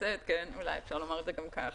כן, אולי אפשר לומר את זה גם כך.